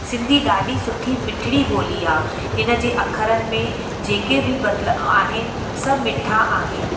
सिंधी ॾाढी सुठी मिठड़ी ॿोली आहे हिन खे अख़रनि में जेके बि बदल आहिनि सभु मीठा आहिनि